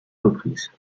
reprises